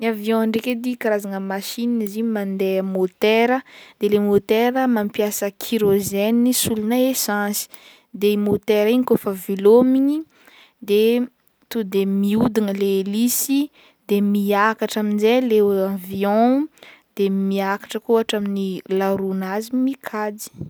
Ny avion ndraiky edy karazagna machine izy igny mandeha motera de le motera mampiasa kirozena solona esansy, de motera igny kaofa velomigny de to'de mihodina le helice miakatra amzay le o- avion de miakatra koa atramin'ny laroan'azy mikajy.